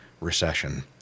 recession